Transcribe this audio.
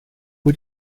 pwy